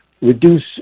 reduce